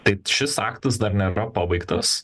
taip šis aktas dar nėra pabaigtas